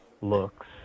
looks